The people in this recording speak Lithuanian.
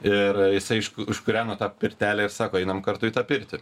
ir jis aišku iškūreno tą pirtelę ir sako einam kartu į tą pirtį